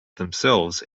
themselves